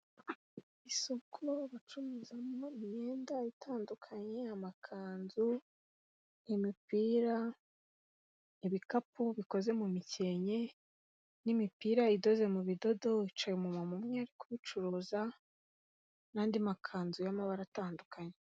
Isoko bacururizamo imyenda itandukanye, amakanzu, imipira, ibikapu bikoze mu mikenke n'imipira idoze mu bidodo, hicaye umudamu umwe uri kubicuruza n'andi makanzu y'amabara atandukanye.